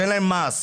שאין להם מעש,